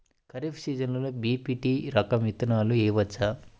ఖరీఫ్ సీజన్లో బి.పీ.టీ రకం విత్తనాలు వేయవచ్చా?